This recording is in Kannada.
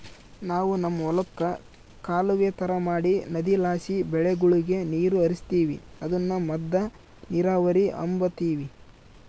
ನಾವು ನಮ್ ಹೊಲುಕ್ಕ ಕಾಲುವೆ ತರ ಮಾಡಿ ನದಿಲಾಸಿ ಬೆಳೆಗುಳಗೆ ನೀರು ಹರಿಸ್ತೀವಿ ಅದುನ್ನ ಮದ್ದ ನೀರಾವರಿ ಅಂಬತೀವಿ